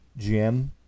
GM